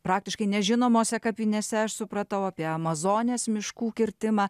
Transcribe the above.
praktiškai nežinomose kapinėse aš supratau apie amazonės miškų kirtimą